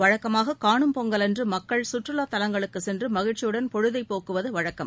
வழக்கமாக காணும் பொங்கல் அன்று மக்கள் கற்றுலா தலங்களுக்கு சென்று மகிழ்ச்சியுடன் பொழுதை போக்குவது வழக்கம்